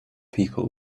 people